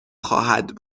خواهد